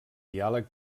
diàleg